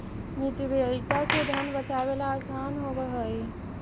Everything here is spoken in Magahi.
मितव्ययिता से धन बचावेला असान होवऽ हई